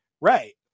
right